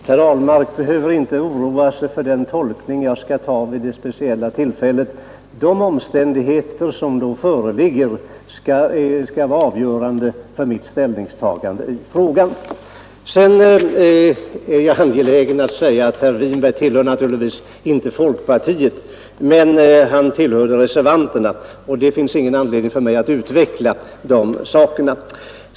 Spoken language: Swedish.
Herr talman! Herr Ahlmark behöver inte oroa sig för den tolkning jag skall göra vid det speciella tillfället. De omständigheter som då föreligger skall vara avgörande för mitt ställningstagande i frågan. Jag är också angelägen att säga att herr Winberg naturligtvis inte tillhör folkpartiet, men han tillhörde reservanterna, och det finns ingen anledning för mig att utveckla de sakerna.